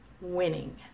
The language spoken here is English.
winning